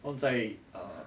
放在 err